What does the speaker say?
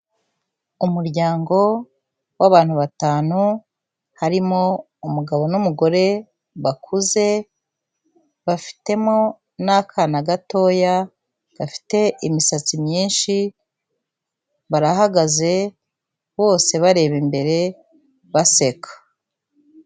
Umuryango w'abantu batanu, harimo umugabo n'umugore bakuze, bafitemo n'akana gatoya gafite imisatsi myinshi, barahagaze, bose bareba imbere, baseka.